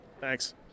Thanks